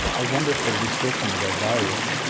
ah a wonderful description of a virus!